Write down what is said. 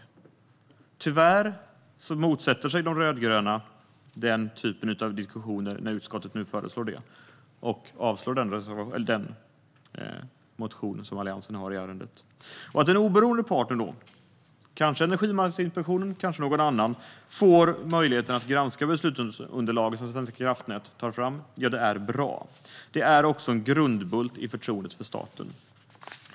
Tyvärr motsätter sig de rödgröna den typen av diskussioner när utskottet nu föreslår det och avslår den motion som Alliansen har i ärendet. Att en oberoende part - kanske Energimarknadsinspektionen, kanske någon annan - får möjlighet att granska beslutsunderlaget som Svenska kraftnät tar fram är bra. Det är också en grundbult i förtroendet för staten.